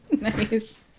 nice